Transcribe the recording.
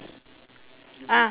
ah